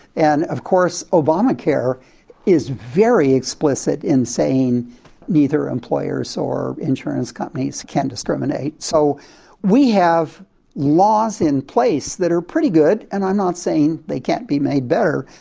and of course, obamacare is very explicit in saying neither employers or insurance companies can discriminate, so we have laws in place that are pretty good, and i'm not saying they can't be made better,